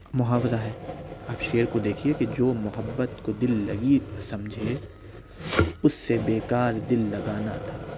محاورہ ہے آپ شعر کو دیکھیے کہ جو محبت کو دل لگی سمجھے اس سے بیکار دل لگانا تھا